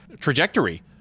trajectory